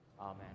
Amen